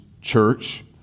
church